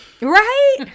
Right